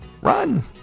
Run